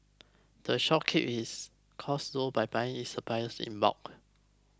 the shop keeps its costs low by buying its supplies in bulk